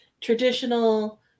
traditional